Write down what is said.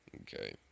okay